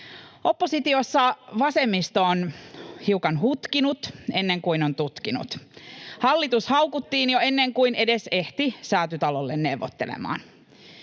Oppositiossa vasemmisto on hiukan hutkinut ennen kuin on tutkinut: hallitus haukuttiin jo ennen kuin edes ehti Säätytalolle neuvottelemaan.